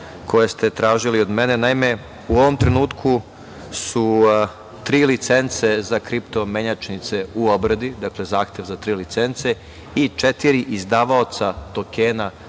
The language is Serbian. koje ste tražili od mene. U ovom trenutku su tri licence za kripto menjačnice u obradi, dakle, zahtevi za tri licence, i četiri izdavaoca tokena,